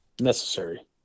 necessary